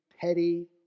petty